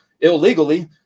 illegally